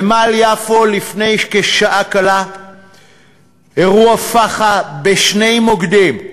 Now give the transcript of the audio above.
בנמל יפו לפני כשעה קלה היה אירוע פח"ע בשני מוקדים,